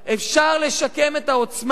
אפשר לשקם את העוצמה,